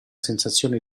sensazione